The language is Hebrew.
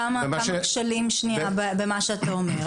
יש כמה כשלים במה שאתה אומר.